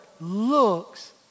looks